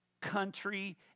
country